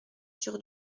sur